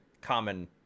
common